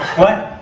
what?